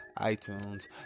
iTunes